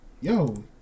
Yo